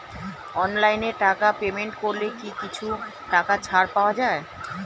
অনলাইনে টাকা পেমেন্ট করলে কি কিছু টাকা ছাড় পাওয়া যায়?